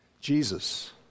Jesus